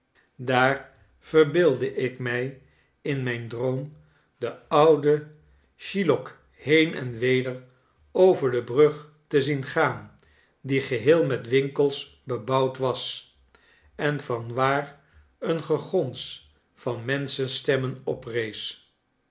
daar verbeeldde ik mij in mijn droom den ouden shylock heen en weder over de brug te zien gaan die geheel met winkels bebouwd was en van waar een gegons van menschenstemmen oprees